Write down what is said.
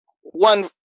one